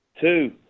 Two